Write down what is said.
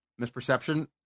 misperception